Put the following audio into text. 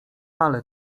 ale